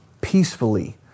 peacefully